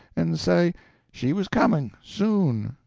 and say she was coming soon,